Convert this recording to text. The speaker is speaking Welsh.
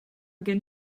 gen